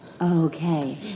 Okay